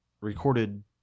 recorded